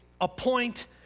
appoint